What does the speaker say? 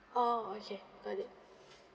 oh okay got it